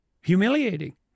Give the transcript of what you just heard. humiliating